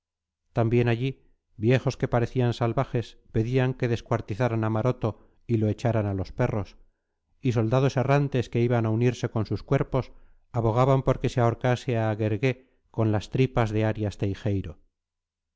también allí viejos que parecían salvajes pedían que descuartizaran a maroto y lo echaran a los perros y soldados errantes que iban a unirse con sus cuerpos abogaban por que se ahorcase a guergué con las tripas de arias